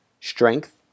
strength